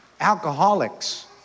Alcoholics